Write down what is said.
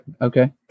okay